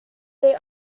they